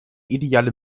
ideale